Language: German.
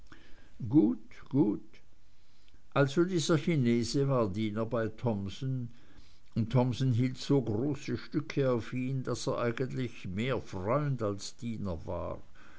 gut gut also dieser chinese war diener bei thomsen und thomsen hielt so große stücke auf ihn daß er eigentlich mehr freund als diener war